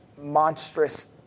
monstrous